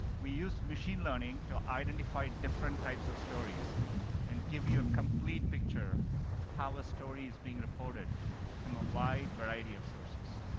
we use machine learning to identify different types of stories and give you a complete picture of how a story is being reported from a wide variety of sources.